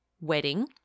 wedding